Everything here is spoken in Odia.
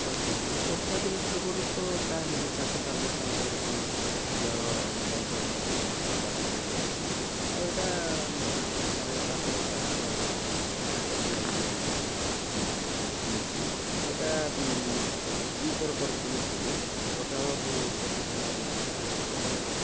ଦେଖନ୍ତୁ ବର୍ଷାଦିନ ପୂର୍ବରୁ ତ ଯାହା ହେଲେ ବି ଚାଷ କାର୍ଯ୍ୟ ପାଇଁ ବୋଲିକି ଦି ହଳ ବଳଦ ମୁଁ କିଣିବାକୁ ବାଧ୍ୟ ହେଇଯାଉଛି ଆଉ ଏଇଟା ଆମର ଏ ପାଖରେ ଗୋଟେ ହାଟ ଅଛି ଏ ହାଟରୁ ଯାଇକିରି ମୁଇଁ କିଣିଛି ସେଇଟା ଦୁଇ ଥର କରି କିଣିଥିଲି ଗୋଟେ ହଳକୁ ପଚିଶ ହଜାର ହେଇଥିଲା ଆଉ ଗୋଟେ ହଳ